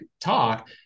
talk